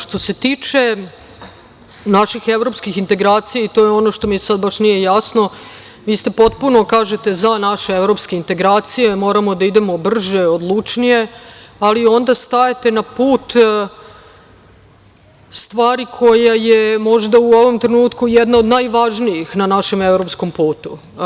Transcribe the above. Što se tiče naših evropskih integracija, i to je ono što mi baš sad nije jasno, vi ste potpuno, kažete, za naše evropske integracije, moramo da idemo brže, odlučnije, ali onda stajete na put stvari koja je možda u ovom trenutku jedna od najvažnijih na našem evropskom putu.